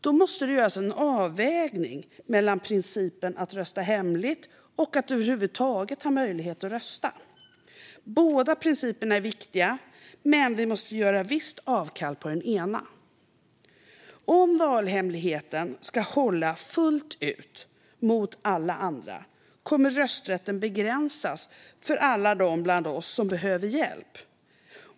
Då måste det göras en avvägning mellan principerna att rösta hemligt och att över huvud taget ha möjlighet att rösta. Båda principerna är viktiga, men vi måste göra visst avkall på den ena. Om valhemligheten ska hålla fullt ut mot alla andra kommer rösträtten att begränsas för alla bland oss som behöver hjälp.